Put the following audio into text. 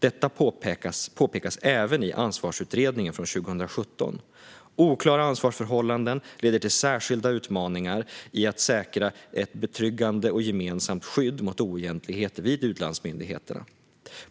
Detta påpekades även i Ansvarsutredningens betänkande från 2017. Oklara ansvarsförhållanden leder till särskilda utmaningar i att säkra ett betryggande och gemensamt skydd mot oegentligheter vid utlandsmyndigheterna.